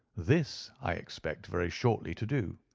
this i expect very shortly to do.